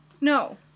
No